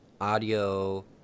audio